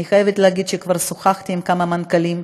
אני חייבת להגיד שכבר שוחחתי עם כמה מנכ"לים,